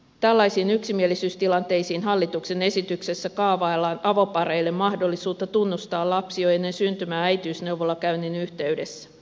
tällaisiin yksimielisyystilanteisiin hallituksen esityksessä kaavaillaan avopareille mahdollisuutta tunnustaa lapsi jo ennen syntymää äitiysneuvolakäynnin yhteydessä